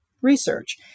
research